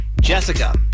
Jessica